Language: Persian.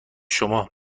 شما